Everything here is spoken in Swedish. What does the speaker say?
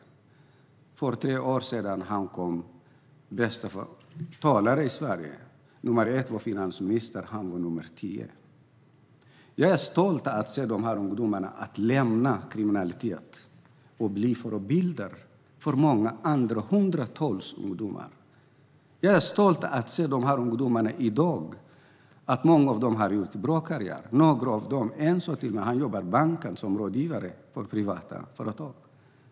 För tre år sedan var han med bland de bästa talarna i Sverige. Nummer 1 var finansministern, och han var nummer 10. Jag är stolt att se de här ungdomarna lämna kriminaliteten och bli förebilder för många andra, hundratals ungdomar. Jag är stolt att se de här ungdomarna i dag. Många av dem har gjort en bra karriär. En av dem jobbar i bank som rådgivare för privata företag.